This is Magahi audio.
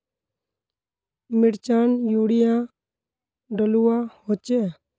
मिर्चान यूरिया डलुआ होचे?